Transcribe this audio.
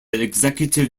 executive